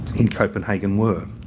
in copenhagen were.